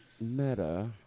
meta